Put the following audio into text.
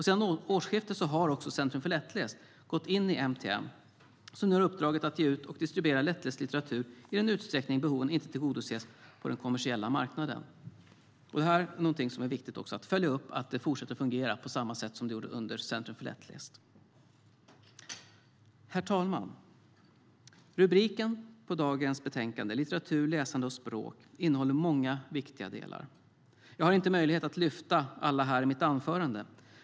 Sedan årsskiftet har Centrum för lättläst gått in i MTM, som nu har uppdraget att ge ut och distribuera lättläst litteratur om behoven inte tillgodoses på den kommersiella marknaden. Det är viktigt att följa upp att det fortsätter att fungera på samma sätt som det gjorde under Centrum för lättläst. Herr talman! Dagens betänkande, Litteratur, läsande och språk, innehåller många viktiga delar. Jag har inte möjlighet att lyfta fram alla här i mitt anförande.